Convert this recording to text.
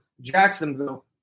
Jacksonville